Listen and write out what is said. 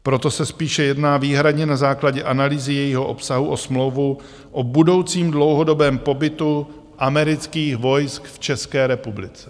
Proto se spíše jedná výhradně na základě analýzy jejího obsahu o smlouvu o budoucím dlouhodobém pobytu amerických vojsk v České republice.